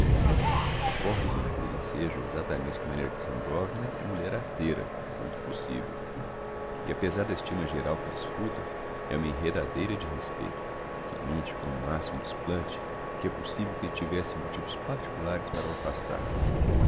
n'aquelle ensejo exactamente que maria alexandrovna é mulher arteira quanto possivel que apezar da estima geral que disfructa é uma enredadeira de respeito que mente com o maximo desplante que é possivel que tivesse motivos particulares para o afastar